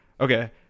Okay